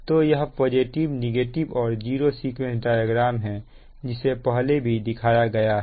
तो यह positive negative और जीरो सीक्वेंस डायग्राम है जिसे पहले भी दिखाया गया है